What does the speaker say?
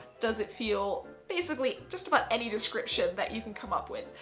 does it feel basically just about any description that you can come up with.